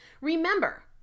Remember